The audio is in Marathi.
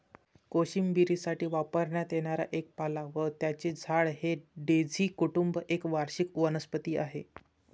कोशिंबिरीसाठी वापरण्यात येणारा एक पाला व त्याचे झाड हे डेझी कुटुंब एक वार्षिक वनस्पती आहे